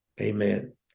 Amen